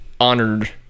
honored